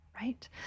right